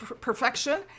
perfection